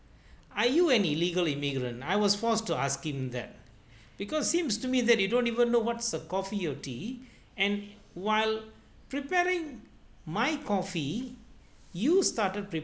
are you an illegal immigrants I was forced to ask him that because seems to me that you don't even know what's a coffee or tea and while preparing my coffee you started